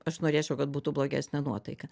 aš norėčiau kad būtų blogesnė nuotaika